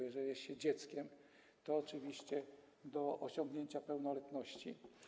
Jeżeli jest się dzieckiem, to oczywiście do osiągnięcia pełnoletności.